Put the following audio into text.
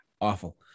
Awful